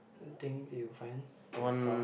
think that you find that you found